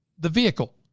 the vehicle.